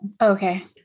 Okay